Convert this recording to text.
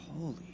holy